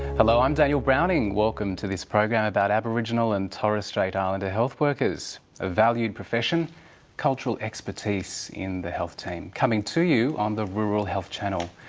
hello, i'm daniel browning. welcome to this program about aboriginal and torres strait islander health workers a valued profession cultural expertise in the health team, coming to you on the rural health channel.